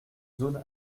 zone